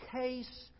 case